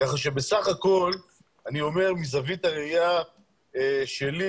כך שבסך הכול אני אומר מזווית הראייה שלי,